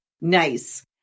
Nice